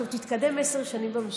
תתקדם עשר שנים במשטרה,